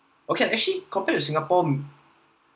or can actually compared to singapore